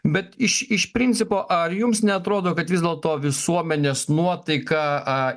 bet iš iš principo ar jums neatrodo kad vis dėlto visuomenės nuotaika